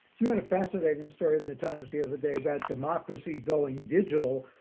you had a fascinating story at the times the other day about democracy going digital.